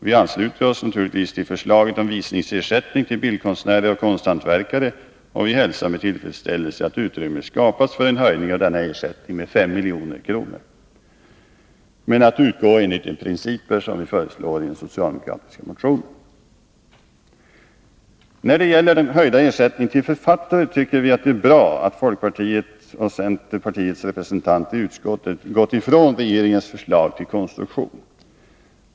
Vi ansluter oss naturligtvis till förslaget om visningsersättning till bildkonstnärer och konsthantverkare, och vi hälsar med tillfredsställelse att utrymme skapats för en höjning av denna ersättning med 5 milj.kr. att utgå enligt de principer som anges i den socialdemokratiska motionen. När det gäller den höjda ersättningen till författare tycker vi det är bra att folkpartiets och centerns representanter i utskottet gått ifrån regeringens förslag till konstruktion.